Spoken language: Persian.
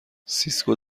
سیسکو